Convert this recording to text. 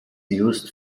used